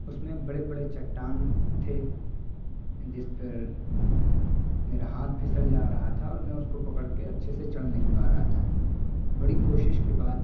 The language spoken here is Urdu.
اس میں بڑے بڑے چٹان تھے جس پر میرا ہاتھ پھسل جا رہا تھا اور میں اس کو پکڑ کے اچھے سے چڑھ نہیں پا رہا تھا بڑی کوشش کے بعد